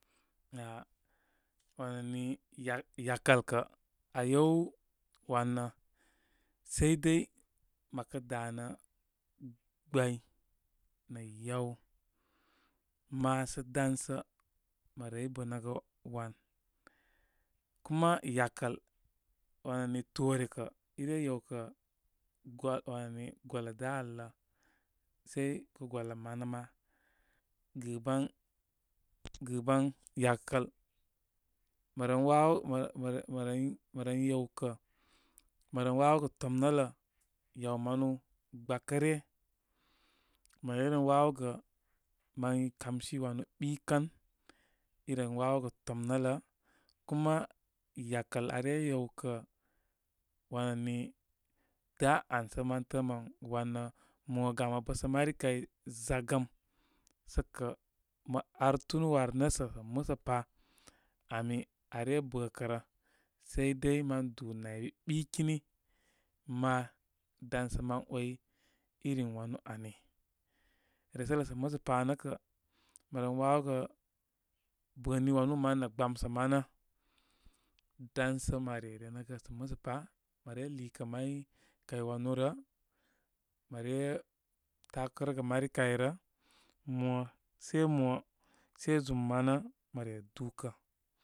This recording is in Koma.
Gha' wani yakəl kə aa yew wn nə, saidadi mə kə' danə gbay nə' yaw ma' sə dan sə mə rey bəməgə wan. kama yakəl wani toore kə' i re yewkə' gol wani golə dai al lə. Səi kə' golə manə' ma. Giban gɨban yakəl, mə ren wawo, mə, mə, məren məren yewkə, mə ren wawogə tomə lə yaw manu gbakə kə ryə. Mə rey reh wawogər mə kam si wanu gɓikə i ren wawogə tomnələ. Kuma yakəl are yewkə wani da' an sə mən təə mən waa nə. Mo gam mə bəsə mari kay zagəm sə kə mə artunu war lə sə musə pa, ami aabar re bəkə'rə. Sai dai mə du naybi ɓikini ma dan sə mə way irin wanu ani. Resə lə sə' musə pa nə' kə' mə ren wawogə bə ni wanu manə nə' gbamsə manə dansə mə rerenəgə sə mjusə pa. Mə re liikə may kay wane rə, mə re takərə gə mari kay rə' mo sai mo, sai zum manə mə re dū kə'.